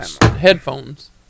headphones